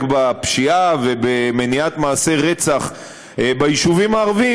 בפשיעה ובמניעת מעשי רצח ביישובים הערביים,